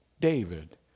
David